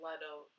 Leto